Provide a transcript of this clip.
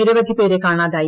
നിരവധി പേരെ കാണാതായി